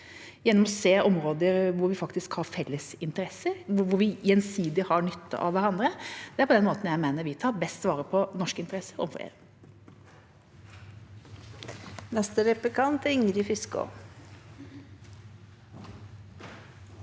gjennom å se områder hvor vi faktisk har felles interesser, hvor vi gjensidig har nytte av hverandre. Det er på den måten jeg mener vi tar best vare på norske interesser overfor EU.